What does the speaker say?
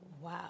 Wow